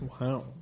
Wow